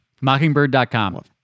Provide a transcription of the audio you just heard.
Mockingbird.com